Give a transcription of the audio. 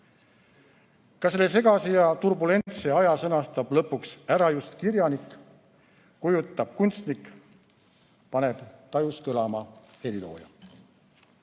Ka selle segase ja turbulentse aja sõnastab lõpuks ära just kirjanik, kujutab kunstnik, paneb tajus kõlama helilooja.